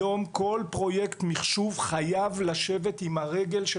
היום כל פרויקט מחשוב חייב לשבת עם הרגל של